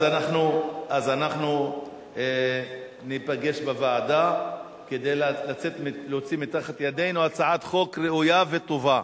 אז אנחנו ניפגש בוועדה כדי להוציא מתחת ידינו הצעת חוק ראויה וטובה